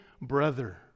brother